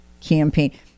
campaign